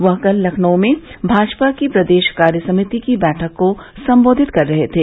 वह कल लखनऊ में भाजपा की प्रदेश कार्य समिति की बैठक को संबोधित कर रहे थे